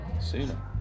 Sooner